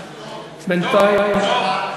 בינתיים,